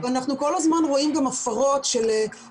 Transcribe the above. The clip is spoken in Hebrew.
אנחנו כול הזמן רואים גם הפרות במסגרת